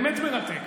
באמת מרתק,